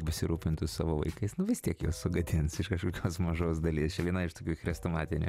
besirūpintų savo vaikais nu vis tiek juos sugadins iš kažkokios mažos dalies čia viena iš tokių chrestomatinių